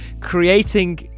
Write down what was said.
creating